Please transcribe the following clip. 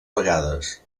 vegades